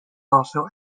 also